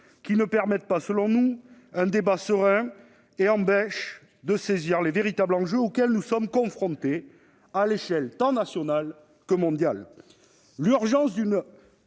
qui ne permettent pas, selon nous, un débat serein, et empêchent de saisir les véritables enjeux auxquels nous sommes confrontés aux échelles nationale et mondiale : l'urgence d'une